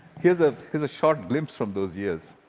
here's ah here's a short glimpse from those years.